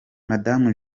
madamu